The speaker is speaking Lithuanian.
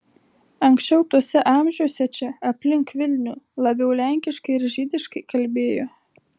anksčiau tuose amžiuose čia aplink vilnių labiau lenkiškai ir žydiškai kalbėjo